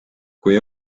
kui